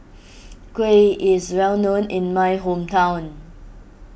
Kuih is well known in my hometown